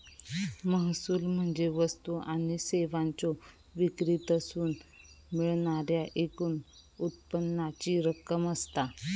महसूल म्हणजे वस्तू आणि सेवांच्यो विक्रीतसून मिळणाऱ्या एकूण उत्पन्नाची रक्कम असता